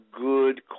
good